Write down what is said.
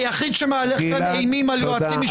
היחיד שמהלך כאן אימים על יועצים משפטיים,